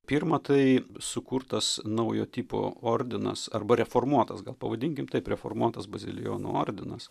pirma tai sukurtas naujo tipo ordinas arba reformuotas gal pavadinkim taip reformuotas bazilijonų ordinas